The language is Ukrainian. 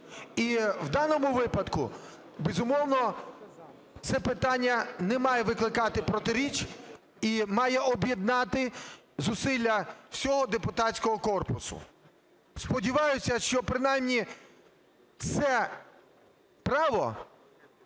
І в даному випадку, безумовно, це питання не має викликати протиріч і має об'єднати зусилля всього депутатського корпусу. Сподіваюся, що принаймні це право,